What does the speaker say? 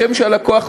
השם שהלקוח רואה.